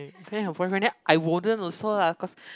don't have boyfriend then I wouldn't also lah cause